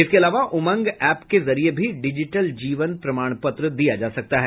इसके अलावा उमंग ऐप के जरिए भी डिजिटल जीवन प्रमाणपत्र दिया जा सकता है